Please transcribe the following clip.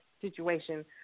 situation